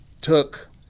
took